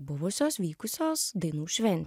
buvusios vykusios dainų šven